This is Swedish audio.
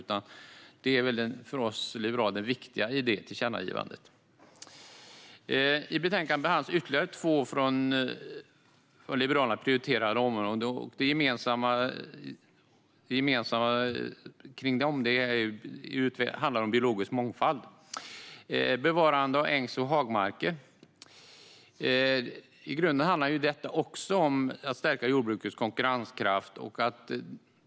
För oss liberaler är det här det viktigaste i just detta tillkännagivande. I betänkandet behandlas ytterligare två av Liberalerna prioriterade områden. Det gemensamma för dem är att det handlar om biologisk mångfald. Bevarande av ängs och hagmarker handlar i grunden också om att stärka jordbrukets konkurrenskraft.